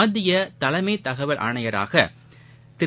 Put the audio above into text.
மத்திய தலைமை தகவல் ஆணையராக திரு